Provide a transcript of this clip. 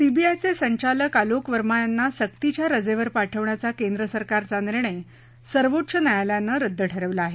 सीबीआयचे संचालक आलोक वर्मा यांना सक्तीच्या रजेवर पाठवण्याचा केंद्र सरकारचा निर्णय सर्वोच्च न्यायालयानं रद्द ठरवला आहे